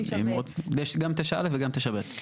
יש גם 9(א) וגם 9(ב).